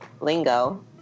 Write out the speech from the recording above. lingo